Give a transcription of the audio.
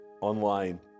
online